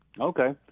Okay